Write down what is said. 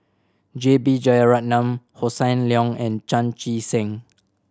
J B Jeyaretnam Hossan Leong and Chan Chee Seng